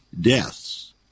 deaths